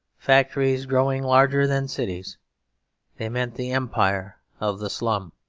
factories growing larger than cities they meant the empire of the slum.